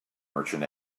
merchant